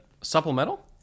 supplemental